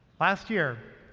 last year,